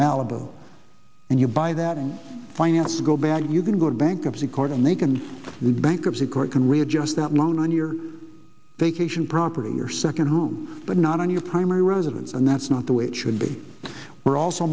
malibu and you buy that and finance go back you can go to bankruptcy court and they can the bankruptcy court can readjust that loan on your vacation property your second home but not on your primary residence and that's not the way it should be we're also